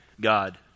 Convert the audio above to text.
God